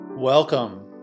Welcome